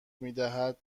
میدهد